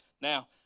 now